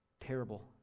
terrible